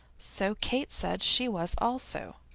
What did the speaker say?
so kate said she was also.